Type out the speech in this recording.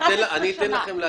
זה יאפשר להם לשהות